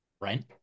Right